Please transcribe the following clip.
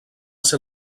ser